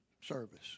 service